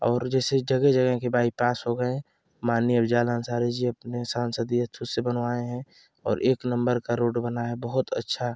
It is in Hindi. और जैसे जगह जगह के बाईपास हो गए माननीय अफ़जल अंसारी जी अपने सांसदीय अथ्व से बनवाए हैं और एक नम्बर का रोड बना है बहुत अच्छा